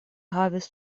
havis